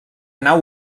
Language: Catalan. nau